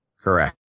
Correct